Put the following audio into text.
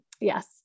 Yes